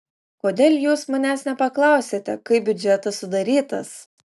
kodėl jūs manęs nepaklausėte kaip biudžetas sudarytas